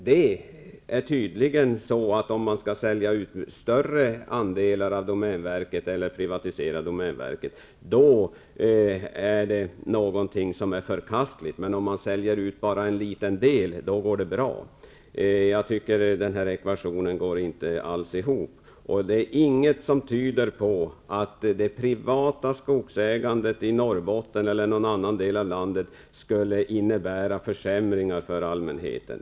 Det är tydligen på det sättet att om man skall sälja ut större andelar av domänverket eller privatisera domänverket, då är det förkastligt, men om man säljer ut bara en liten del, då går det bra. Jag tycker inte att den här ekvationen alls går ihop. Det är inget som tyder på att det privata skogsägandet i Norrbotten eller i någon annan del av landet skulle innebära försämringar för allmänheten.